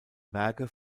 werke